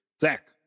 Zach